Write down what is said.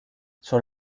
sur